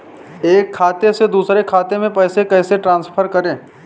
एक खाते से दूसरे खाते में पैसे कैसे ट्रांसफर करें?